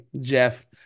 Jeff